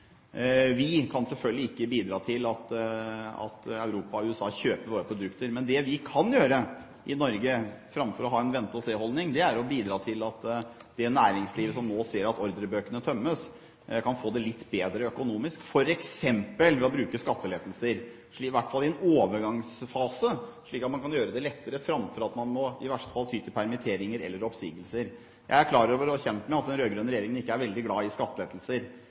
Vi kan selvfølgelig ikke bidra til at Europa og USA kjøper våre produkter, men det vi kan gjøre i Norge, framfor å ha en vente-og-se-holdning, er å bidra til at det næringslivet som nå ser at ordrebøkene tømmes, kan få det litt bedre økonomisk, f.eks. ved å bruke skattelettelser, i hvert fall i en overgangsfase, slik at man kan gjøre det lettere, framfor at man i verste fall må ty til permitteringer eller oppsigelser. Jeg er klar over og kjent med at den rød-grønne regjeringen ikke er veldig glad i skattelettelser.